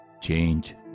change